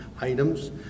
items